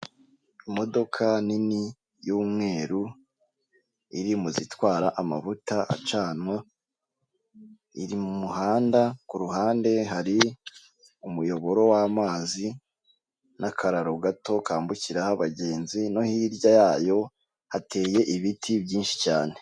Imodoka nini y'umweru iri mu zitwara amavuta acanwa, iri mu muhanda. Ku ruhande hari umuyoboro w'amazi n'akararo gato kambukiraho abagenzi, no hirya yayo hateye ibiti byinshi cyane.